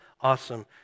awesome